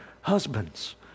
Husbands